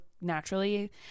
naturally